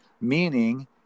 meaning